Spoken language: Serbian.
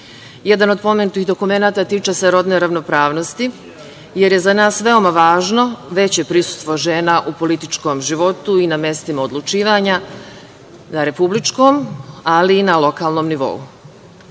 od pomenutih dokumenata tiče se rodne ravnopravnosti, jer je za nas veoma važno veće prisustvo žena u političkom životu i na mestima odlučivanja, na republičkom, ali i na lokalnom nivou.